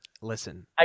Listen